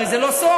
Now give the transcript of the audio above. הרי זה לא סוד,